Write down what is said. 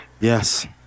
Yes